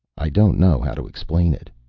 i don't know how to explain it,